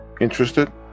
Interested